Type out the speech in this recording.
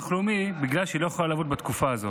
לאומי בגלל שהיא לא יכולה לעבוד בתקופה הזאת.